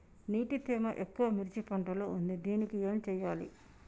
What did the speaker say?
నీటి తేమ ఎక్కువ మిర్చి పంట లో ఉంది దీనికి ఏం చేయాలి?